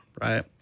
right